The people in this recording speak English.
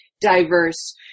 diverse